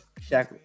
Shaq